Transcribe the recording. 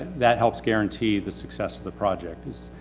that helps guarantee the success of the project. cuz,